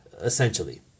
essentially